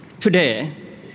Today